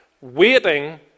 waiting